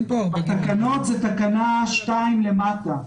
זה תקנה 2 למטה,